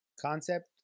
concept